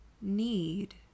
Need